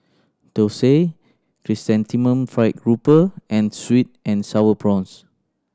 Dosa Chrysanthemum Fried Grouper and sweet and Sour Prawns